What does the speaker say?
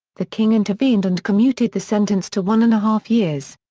the king intervened and commuted the sentence to one and a half years.